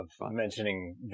mentioning